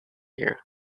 here